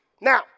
Now